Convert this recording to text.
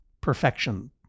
perfection